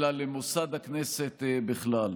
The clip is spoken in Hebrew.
אלא למוסד הכנסת בכלל.